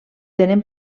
tenen